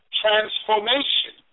transformation